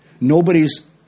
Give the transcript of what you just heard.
Nobody's